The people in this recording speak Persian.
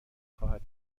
خواهد